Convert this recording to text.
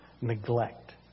neglect